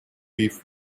weave